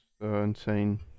insane